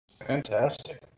Fantastic